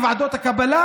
חוק ועדות הקבלה,